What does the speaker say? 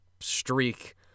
streak